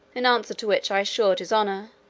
in answer to which i assured his honour,